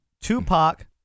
Tupac